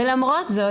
למרות זאת,